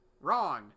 Wrong